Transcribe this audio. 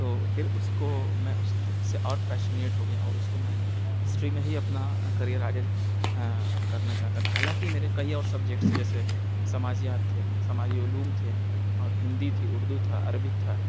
تو پھر اس کو میں اس سے اور پیشنیٹ ہو گیا اور اس کو میں ہسٹری میں ہی اپنا کریئر آگے کرنا چاہتا تھا حالانکہ میرے کئی اور سبجیکٹس تھے جیسے سماجیات تھے سماجی علوم تھے اور ہندی تھی اردو تھا عربک تھا